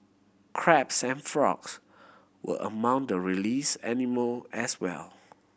crabs and frogs were among the release animal as well